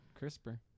CRISPR